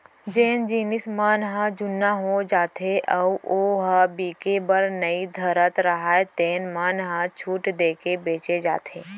जेन जिनस मन ह जुन्ना हो जाथे अउ ओ ह बिके बर नइ धरत राहय तेन मन ल छूट देके बेचे जाथे